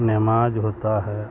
نماز ہوتا ہے